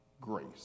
grace